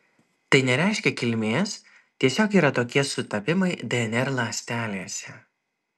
tai nereiškia kilmės tiesiog yra tokie sutapimai dnr ląstelėse